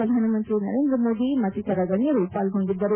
ಪ್ರಧಾನಮಂತ್ರಿ ನರೇಂದ್ರ ಮೋದಿ ಮತ್ತಿತರ ಗಣ್ಣರು ಪಾಲ್ಗೊಂಡಿದ್ದರು